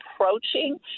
approaching